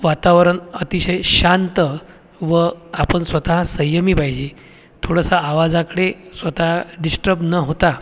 वातावरण अतिशय शांत व आपण स्वतः संयमी पाहिजे थोडासा आवाजाकडे स्वतः डिस्टर्ब न होता